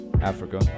Africa